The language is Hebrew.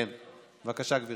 כן, בבקשה, גברתי.